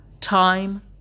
Time